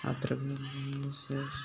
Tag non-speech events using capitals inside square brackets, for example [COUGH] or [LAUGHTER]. അത്ര [UNINTELLIGIBLE]